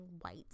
white